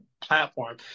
platform